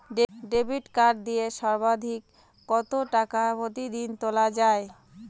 Debit card দিয়ে সর্বাধিক কত টাকা প্রতিদিন তোলা য়ায়?